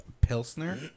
Pilsner